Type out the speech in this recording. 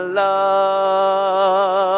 love